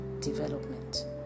development